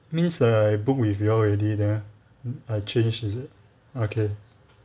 means err I book with you all already then I change is it okay